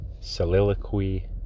Soliloquy